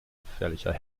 gefährlicher